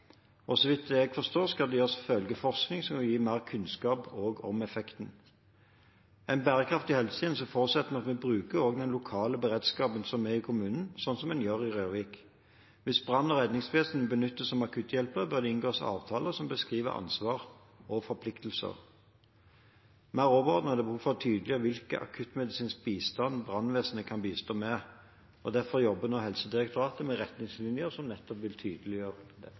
og så vidt jeg forstår, skal det gjøres følgeforskning, som vil gi mer kunnskap om effekten. En bærekraftig helsetjeneste forutsetter at vi bruker også den lokale beredskapen som er i kommunen – slik en gjør i Røyrvik. Hvis brann- og redningsvesenet benyttes som akutthjelper, bør det inngås avtaler som beskriver ansvar og forpliktelser. Mer overordnet er det behov for å tydeliggjøre hvilken akuttmedisinsk bistand brannvesenet kan bistå med. Derfor jobber nå Helsedirektoratet med retningslinjer som nettopp vil tydeliggjøre det.